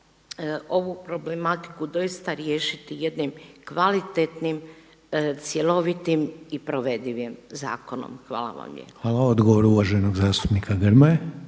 ovu problematiku doista riješiti jednim kvalitetnim, cjelovitim i provedivim zakonom. Hvala vam lijepo. **Reiner, Željko (HDZ)** Hvala. Odgovor uvaženog zastupnika Grmoje.